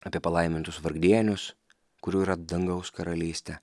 apie palaimintus vargdienius kurių yra dangaus karalystė